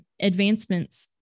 advancements